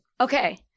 Okay